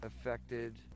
affected